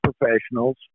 professionals